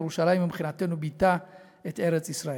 ירושלים מבחינתנו ביטאה את ארץ-ישראל.